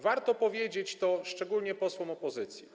Warto powiedzieć to szczególnie posłom opozycji.